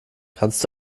kannst